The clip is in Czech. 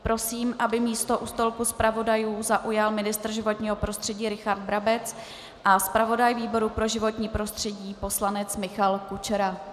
Prosím, aby místo u stolku zpravodajů zaujal ministr životního prostředí Richard Brabec a zpravodaj výboru pro životní prostředí poslanec Michal Kučera.